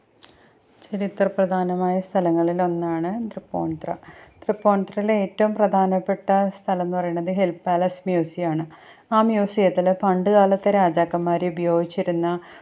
ചരിത്രപ്രധാനമായ സ്ഥലങ്ങളിലൊന്നാണ് തൃപ്പൂണിത്തുറ തൃപ്പൂണിത്തുറയില് ഏറ്റവും പ്രധാനപ്പെട്ട സ്ഥലം എന്ന് പറയുന്നത് ഹില് പാലസ് മ്യൂസിയമാണ് ആ മ്യൂസിയത്തില് പണ്ട് കാലത്തെ രാജാക്കന്മാര് ഉപയോഗിച്ചിരുന്ന